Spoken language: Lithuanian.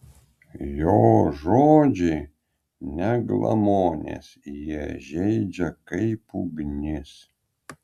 jo žodžiai ne glamonės jie žeidžia kaip ugnis